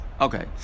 Okay